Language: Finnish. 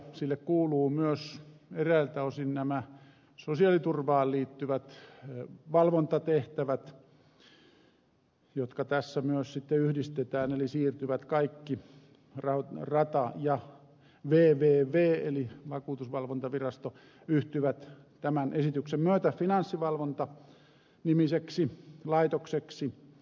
sille kuuluvat myös eräiltä osin nämä sosiaaliturvaan liittyvät valvontatehtävät jotka tässä myös sitten yhdistetään eli siirtyvät kaikki rata ja vvv eli vakuutusvalvontavirasto ja yhtyvät tämän esityksen myötä finanssivalvonta nimiseksi laitokseksi